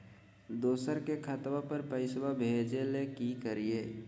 दोसर के खतवा पर पैसवा भेजे ले कि करिए?